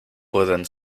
pueden